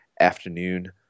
afternoon